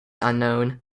unknown